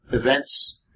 events